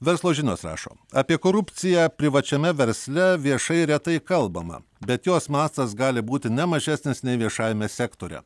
verslo žinios rašo apie korupciją privačiame versle viešai retai kalbama bet jos mastas gali būti ne mažesnis nei viešajame sektoriuje